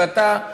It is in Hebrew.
ואתה,